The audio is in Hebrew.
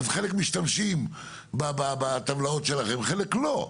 אז חלק משתמשים בטבלאות שלכם וחלק לא.